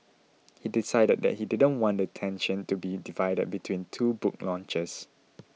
he decided that he didn't want the attention to be divided between two book launches